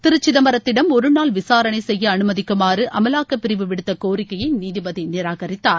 திரு சிதம்பரத்திடம் ஒருநாள் விசாரணை செய்ய அனுமதிக்குமாறு அமலாக்கப்பிரிவு விடுத்த கோரிக்கையை நீதிபதி நிராகரித்தார்